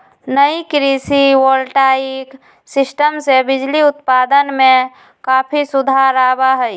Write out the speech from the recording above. नई कृषि voltaic system से बिजली उत्पादन में काफी सुधार आवा हई